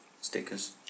stickers